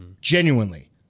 genuinely